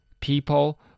People